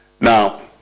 Now